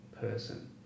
person